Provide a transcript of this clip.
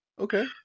Okay